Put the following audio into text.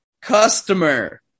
Customer